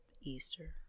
Easter